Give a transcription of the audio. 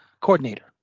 coordinator